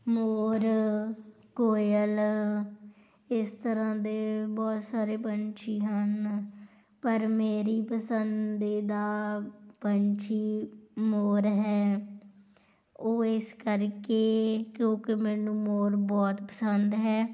ਮੋਰ ਕੋਇਲ ਇਸ ਤਰ੍ਹਾਂ ਦੇ ਬਹੁਤ ਸਾਰੇ ਪੰਛੀ ਹਨ ਪਰ ਮੇਰੀ ਪਸੰਦੀਦਾ ਪੰਛੀ ਮੋਰ ਹੈ ਉਹ ਇਸ ਕਰਕੇ ਕਿਉਂਕਿ ਮੈਨੂੰ ਮੋਰ ਬਹੁਤ ਪਸੰਦ ਹੈ